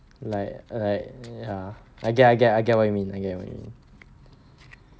like like ya I get I get I get what you mean I get what you mean